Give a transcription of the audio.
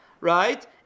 Right